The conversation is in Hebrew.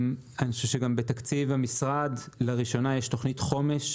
גם בתקציב המשרד יש לראשונה תכנית חומש,